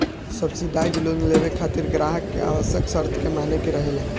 subsidise loan लेबे खातिर ग्राहक के आवश्यक शर्त के माने के रहेला